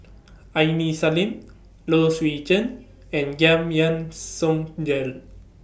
Aini Salim Low Swee Chen and Giam Yean Song Gerald